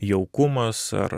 jaukumas ar